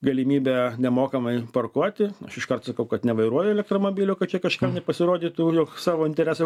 galimybę nemokamai parkuoti aš iškart sakau kad nevairuoju elektromobilio kad čia kažkam nepasirodytų jog savo interesą